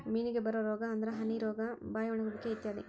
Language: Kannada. ಮೇನಿಗೆ ಬರು ರೋಗಾ ಅಂದ್ರ ಹನಿ ರೋಗಾ, ಬಾಯಿ ಒಣಗುವಿಕೆ ಇತ್ಯಾದಿ